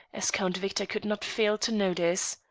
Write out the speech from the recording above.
as count victor could not fail to notice.